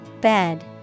Bed